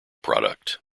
product